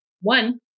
One